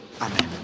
amen